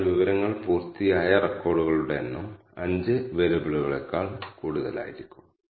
വിത്യസ്ത ക്ലസ്റ്ററുകളുടെ എത്ര സെറ്റ് മോഡലിൽ ഉപയോഗിക്കുന്നു എന്ന് ഇത് പറയുന്നു